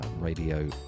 radio